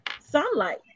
sunlight